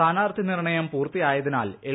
സ്ഥാനാർത്ഥീ നിർണയം പൂർത്തിയായതിനാൽ എൽ